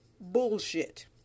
bullshit